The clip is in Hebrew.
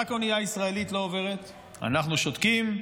רק האונייה הישראלית לא עוברת אנחנו שותקים,